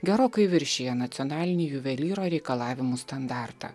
gerokai viršija nacionalinį juvelyro reikalavimų standartą